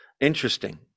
Interesting